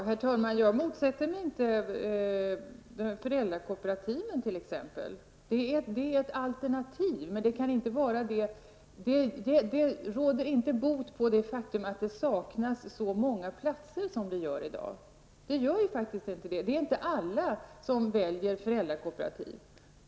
Herr talman! Jag motsätter mig inte föräldrakooperativen. De utgör ett alternativ, men råder inte bot på det faktum att det saknas så många platser som det gör i dag. Det är inte alla som väljer föräldrakooperativ.